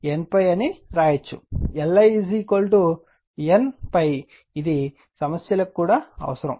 Li N ∅ ఇది సమస్యలకు కూడా ఇది అవసరం